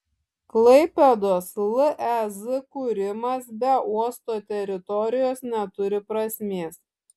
klaipėdos lez kūrimas be uosto teritorijos neturi prasmės